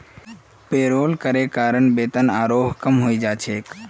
payroll करे कारण वेतन आरोह कम हइ जा छेक